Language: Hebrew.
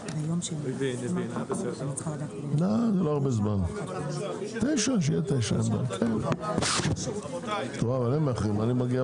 הישיבה ננעלה בשעה 09:35.